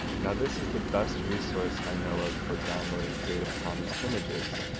now this is the best resource i know of for downloading creative commons images.